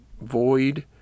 void